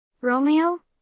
Romeo